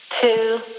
two